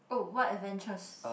oh what adventures